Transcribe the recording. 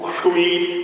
sweet